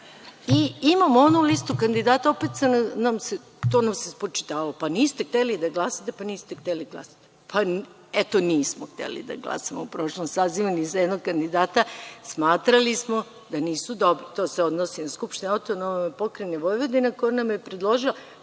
i onu listu kandidata, opet nam se to spočitavalo – pa niste hteli da glasate, pa niste hteli da glasate. Pa, eto nismo hteli da glasamo u prošlom sazivu ni za jednog kandidata, smatrali smo da nisu dobri. To se odnosi na Skupštinu AP Vojvodine koja nam je predložila,